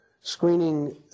screening